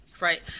Right